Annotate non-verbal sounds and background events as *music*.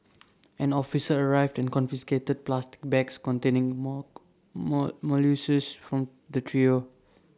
an officer arrived and confiscated *unintelligible* bags containing more *noise* molluscs from the trio